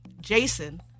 Jason